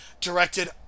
directed